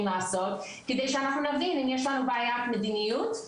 לעשות כדי שאנחנו נבין אם יש לנו בעיית מדיניות,